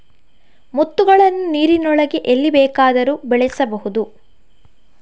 ಮುತ್ತುಗಳನ್ನು ನೀರಿನೊಳಗೆ ಎಲ್ಲಿ ಬೇಕಾದರೂ ಬೆಳೆಸಬಹುದು